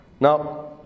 now